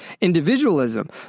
individualism